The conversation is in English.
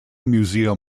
museum